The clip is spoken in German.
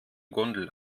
gondel